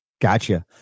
Gotcha